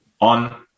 on